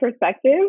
perspective